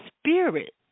spirit